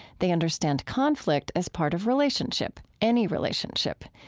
they understand conflict as part of relationship, any relationship,